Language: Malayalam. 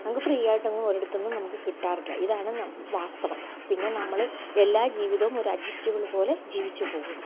നമുക്ക് ഫ്രീയായിട്ടൊന്നും ഒരിടത്തുനിന്നും കിട്ടാറില്ല ഇതാണ് വാസ്തവം പിന്നെ നമ്മള് എല്ലാ ജീവിതവും ഒരു അഡ്ജസ്റ്റബിൾ പോലെ ജീവിച്ച് പോവുന്നു